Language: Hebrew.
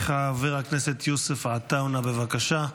חבר הכנסת יוסף עטאונה, בבקשה.